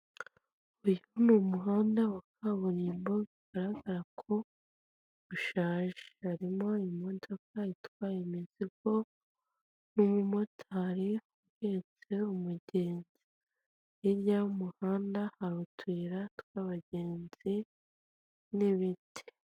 Uyu ni umuhanda wa kaburimbo bigaragara ko ushaje. Harimo imodoka itwaye imizigo, n'umumotari uhetse umugenzi. Hirya y'umuhanda hari utuyira tw'abagenzi, n'ibiti.